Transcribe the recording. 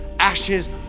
ashes